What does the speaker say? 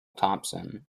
thompson